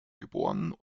geboren